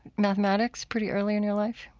mathematics, pretty early in your life?